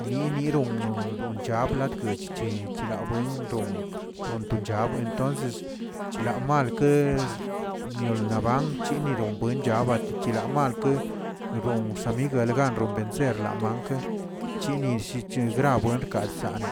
Niniron chablagat chchi chirabuen ron- ronto chabr wentonces, chlamalke niol labanch chininon buen chava chilamalke ron san miguelke ron enser lamankeꞌ chini shichugrad rkad sane